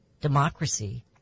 Democracy